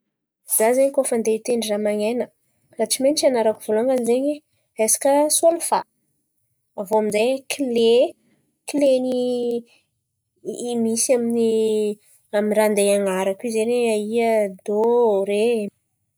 Za zen̈y koa fa handeha hitendry raha man̈aina, raha tsy maintsy ianarako vôlohany zen̈y resaka sôlfà. Aviô aminjay kile kilen'ny misy amin'ny raha handeha hian̈arako zen̈y. Aia dô, re?